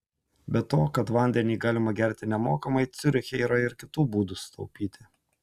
be to kad vandenį galima gerti nemokamai ciuriche yra ir kitų būtų sutaupyti